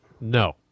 No